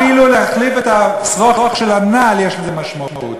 אפילו להחליף את השרוך של הנעל, יש לזה משמעות.